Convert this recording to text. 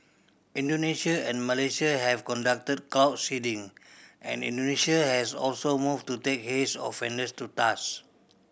Indonesia and Malaysia have conducted cloud seeding and Indonesia has also moved to take haze offenders to task